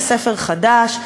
לספר חדש,